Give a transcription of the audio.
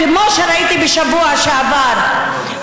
כמו שראיתי בשבוע שעבר,